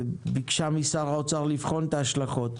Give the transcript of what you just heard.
וביקשה משר האוצר לבחון את ההשלכות